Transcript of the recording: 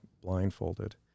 blindfolded